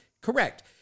correct